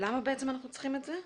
למה בעצם אנחנו צריכים את זה?